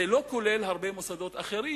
זה לא כולל הרבה מוסדות אחרים,